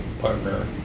partner